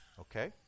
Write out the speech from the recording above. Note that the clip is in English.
okay